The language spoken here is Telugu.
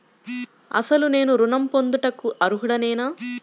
అసలు నేను ఋణం పొందుటకు అర్హుడనేన?